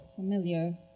Familiar